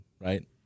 right